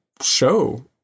show